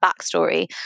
backstory